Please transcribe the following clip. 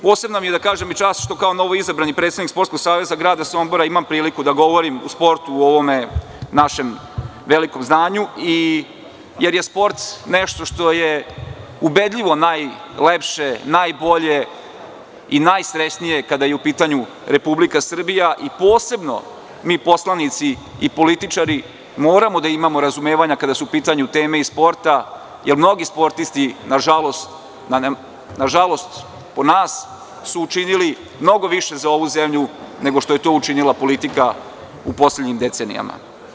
Posebna mi je čast da kažem, i što kao novoizabrani predsednik Sportskog saveza grada Sombora imam priliku da govorim o sportu u ovom našem velikom zdanju, jer se sport nešto što je ubedljivo najlepše, najbolje i najsrećnije kada je u pitanju Republika Srbija i posebno mi poslanici i političari moramo da imamo razumevanja kada su u pitanju teme iz sporta, jer mnogi sportisti nažalost po nas su učinili mnogo više za ovu zemlju nego što je to učinila politika u poslednjim decenijama.